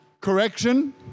correction